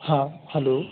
हा हैलो